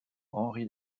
henri